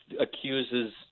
accuses